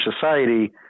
society